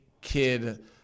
kid